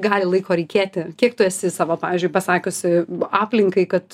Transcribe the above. gali laiko reikėti kiek tu esi savo pavyzdžiui pasakiusi aplinkai kad